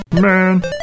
Man